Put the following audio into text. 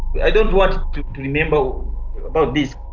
i don't want to remember about this